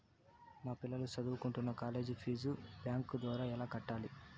మా పిల్లలు సదువుకుంటున్న కాలేజీ ఫీజు బ్యాంకు ద్వారా ఎలా కట్టాలి?